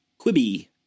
quibby